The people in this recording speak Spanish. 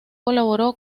colaboró